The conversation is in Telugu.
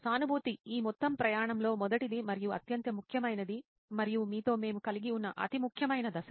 సానుభూతి ఈ మొత్తం ప్రయాణంలో మొదటిది మరియు అత్యంత ముఖ్యమైనది మరియు మీతో మేము కలిగి ఉన్న అతి ముఖ్యమైన దశ